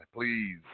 please